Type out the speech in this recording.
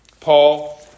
Paul